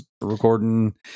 recording